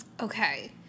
Okay